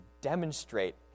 demonstrate